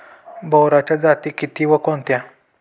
बोराच्या जाती किती व कोणत्या?